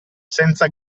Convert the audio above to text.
senza